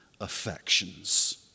affections